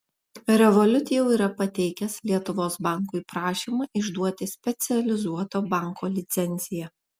revolut jau yra pateikęs lietuvos bankui prašymą išduoti specializuoto banko licenciją